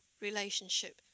relationship